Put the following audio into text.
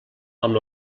amb